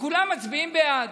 וכולם מצביעים בעד.